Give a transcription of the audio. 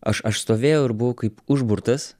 aš aš stovėjau ir buvo kaip užburtas